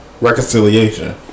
reconciliation